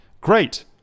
Great